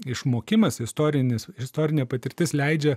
išmokimas istorinis istorinė patirtis leidžia